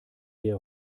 her